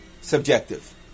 subjective